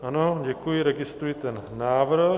Ano, děkuji, registruji ten návrh.